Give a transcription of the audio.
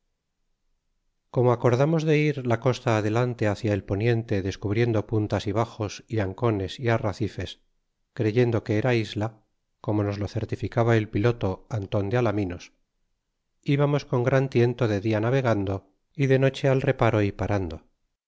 como acordamos de ir la costa adelante hoia el poniente descubriendo puntas y baxos y ancones y arracifes creyendo que era isla como nos lo certificaba el piloto anton de alaminos íbamos con gran tiento de dia navegando y de noche al reparo y parando